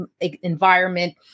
environment